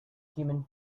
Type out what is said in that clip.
human